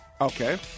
Okay